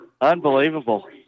Unbelievable